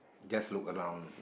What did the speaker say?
just look around